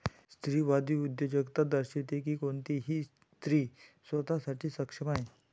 स्त्रीवादी उद्योजकता दर्शविते की कोणतीही स्त्री स्वतः साठी सक्षम आहे